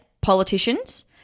politicians